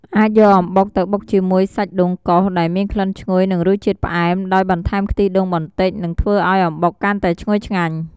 អាចយកអំបុកទៅបុកជាមួយសាច់ដូងកោស ដែលមានក្លិនឈ្ងុយ និងរសជាតិផ្អែម ដោយបន្ថែមខ្ទិះដូងបន្តិច នឹងធ្វើឱ្យអំបុកកាន់តែឈ្ងុយឆ្ងាញ់។